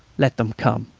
let them come!